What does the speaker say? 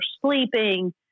sleeping